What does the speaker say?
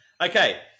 Okay